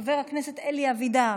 חבר הכנסת אלי אבידר,